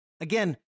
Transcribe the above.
again